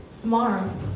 tomorrow